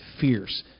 fierce